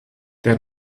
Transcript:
der